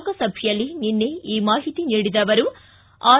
ಲೋಕಸಭೆಯಲ್ಲಿ ನಿನ್ನೆ ಈ ಮಾಹಿತಿ ನೀಡಿದ ಅವರು ಆರ್